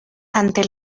ante